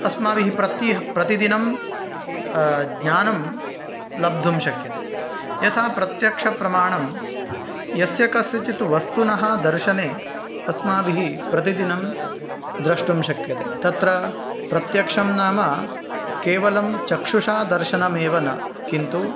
अस्माभिः प्रति प्रतिदिनं ज्ञानं लब्धुं शक्यते यथा प्रत्यक्षप्रमाणं यस्यकस्यचित् वस्तुनः दर्शने अस्माभिः प्रतिदिनं द्रष्टुं शक्यते तत्र प्रत्यक्षं नाम केवलं चक्षुषा दर्शनमेव न किन्तु